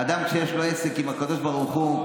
אדם שיש לו עסק עם הקדוש ברוך הוא,